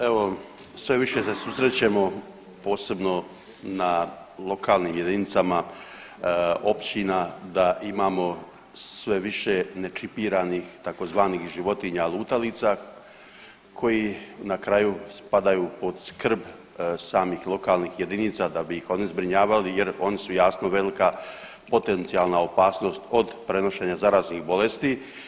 Evo sve više se susrećemo posebno na lokalnim jedinicama općina da imamo sve više nečipiranih, tzv. životinja lutalica koji na kraju spadaju pod skrb samih lokalnih jedinica da bi ih oni zbrinjavali, jer oni su jasno velika potencijalna opasnost od prenošenja zaraznih bolesti.